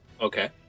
Okay